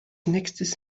nächstes